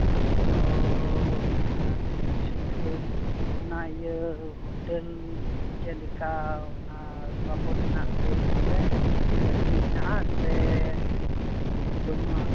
ᱟᱫᱚᱻ ᱚᱱᱟ ᱚᱱᱟ ᱤᱭᱟᱹ ᱦᱳᱴᱮᱹᱞ ᱪᱮᱫᱞᱮᱠᱟ ᱚᱱᱟ ᱵᱟᱵᱚᱫᱽ ᱨᱮᱱᱟᱜ ᱞᱟᱹᱭᱟᱹᱧ ᱢᱮ ᱥᱮ ᱠᱷᱟᱹᱞᱤ ᱦᱮᱱᱟᱜᱼᱟ ᱥᱮ ᱵᱟᱹᱱᱩᱜᱼᱟ